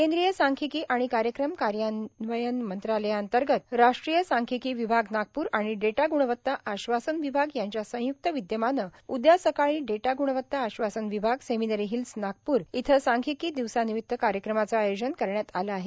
केंद्रीय सांख्यिकी आणि कार्यक्रम कार्यन्वयन मंत्रालया अंतर्गत राष्ट्रीय सांख्यिकी विभाग नागपूर आणि डेटा गूणवत्ता आश्वासन विभाग यांच्या संयुक्त विदयमाने उदया सकाळी डेटा ग्णवत्ता आश्वासन विभाग सेमिनरी हिल्स नागप्र इथं सांख्यिकी दिवसानिमित्त कार्यक्रमाचे आयोजन करण्यात आले आहे